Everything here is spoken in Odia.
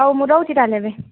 ହଉ ମୁଁ ରହୁଛି ତା'ହେଲେ ଏବେ